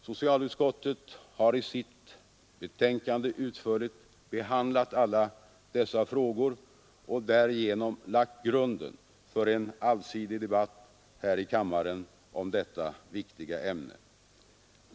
Socialutskottet har i sitt betänkande utförligt behandlat alla dessa frågor och därigenom lagt grunden för en allsidig debatt här i kammaren om detta viktiga ämne.